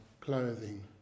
clothing